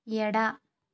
ಎಡ